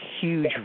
huge